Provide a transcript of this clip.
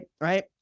right